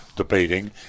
debating